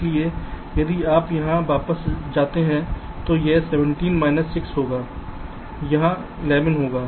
इसलिए यदि आप यहां वापस जाते हैं तो यह 17 माइनस 6 होगा यह 11 होगा